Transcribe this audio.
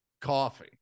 coffee